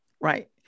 Right